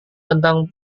tentang